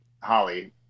Holly